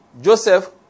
Joseph